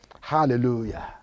hallelujah